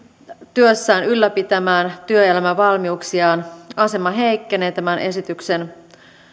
työssään ylläpitämään työelämävalmiuksiaan asema heikkenee tämän esityksen